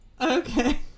Okay